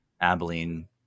abilene